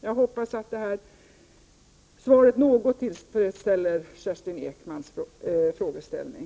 Jag hoppas att jag med detta har gett ett tillfredsställande svar på Kerstin Ekmans frågeställning.